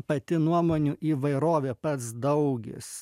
pati nuomonių įvairovė pats daugis